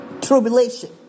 Tribulation